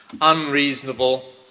unreasonable